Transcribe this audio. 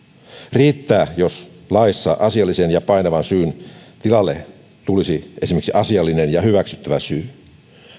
riittää jos laissa asiallisen ja painavan syyn tilalle tulisi esimerkiksi asiallinen ja hyväksyttävä syy